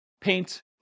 paint